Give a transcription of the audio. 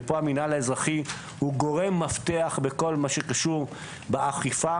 ופה המינהל האזרחי הוא גורם מפתח בכל מה שקשור באכיפה,